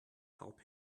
help